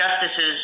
Justice's